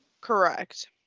Correct